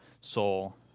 soul